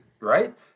Right